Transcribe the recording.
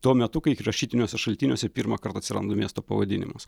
tuo metu kai rašytiniuose šaltiniuose pirmąkart atsiranda miesto pavadinimas